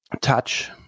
touch